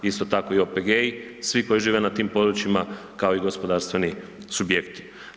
Isto tako i OPG-i, svi koji žive na tim područjima, kao i gospodarstveni subjekti.